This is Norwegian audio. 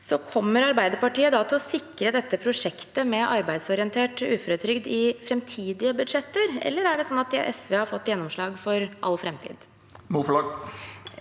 Kommer Arbeiderpartiet til å sikre dette prosjektet med arbeidsorientert uføretrygd i framtidige budsjetter, eller er det sånn at SV har fått gjennomslag for all framtid?